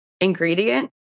ingredient